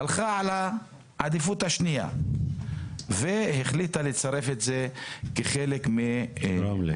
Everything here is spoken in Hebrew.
הלכה על העדיפות השנייה והחליטה לצרף את זה כחלק מרמלה.